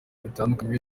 bitandukanye